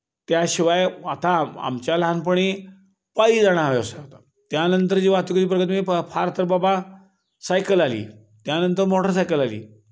त्याशिवाय आता आमच्या लहानपणी पायी जाणं हा व्यवसाय होता त्यानंतर जी वाहतुकीची प्रगती मी फ फार तर बाबा सायकल आली त्यानंतर मोटरसायकल आली